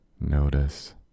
Notice